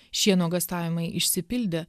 šie nuogąstavimai išsipildė